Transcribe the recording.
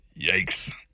yikes